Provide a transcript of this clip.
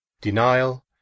Denial